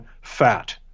fat